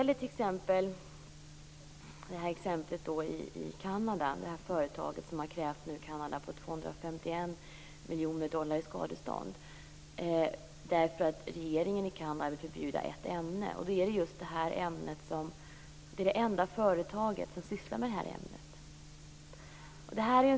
Det företag i Kanada som nämndes har krävt Kanada på 251 miljoner dollar i skadestånd därför att regeringen i Kanada vill förbjuda ett ämne. Det är ett enda företag som sysslar med det ämnet.